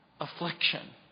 affliction